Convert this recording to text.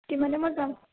কিমান টাইমত যাম